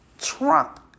trump